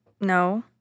No